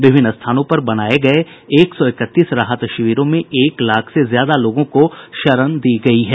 विभिन्न स्थानों पर बनाए गए एक सौ इकतीस राहत शिविरों में एक लाख से ज्यादा लोगों को शरण दी गई है